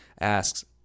asks